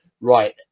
right